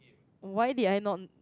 why did I not